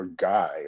guy